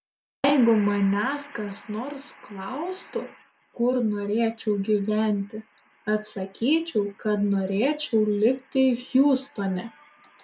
jeigu manęs kas nors klaustų kur norėčiau gyventi atsakyčiau kad norėčiau likti hjustone